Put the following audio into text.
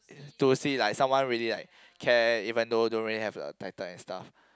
towards it like someone really like care even though don't really have the title and stuff